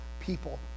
people